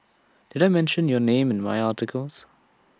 did I mention your name in my articles